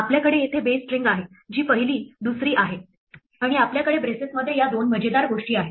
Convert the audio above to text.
आपल्याकडे येथे base string आहे जी पहिलीदुसरी आहे आणि आपल्याकडे ब्रेसेसमध्ये या दोन मजेदार गोष्टी आहेत